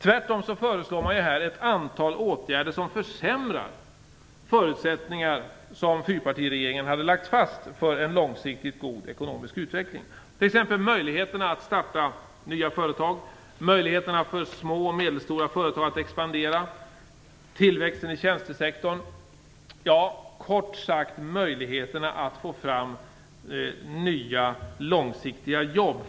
Tvärtom föreslår man ett antal åtgärder som försämrar de förutsättningar som fyrpartiregeringen hade lagt fast för en långsiktigt god ekonomisk utveckling. Det gäller t.ex. möjligheterna att starta nya företag, möjligheterna för små och medelstora företag att expandera och tillväxten i tjänstesektorn. Kort sagt: genom en mängd av dessa förslag försvåras möjligheterna att få fram nya långsiktiga jobb.